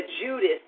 Judas